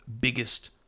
biggest